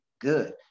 good